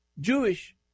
Jewish